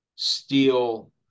steel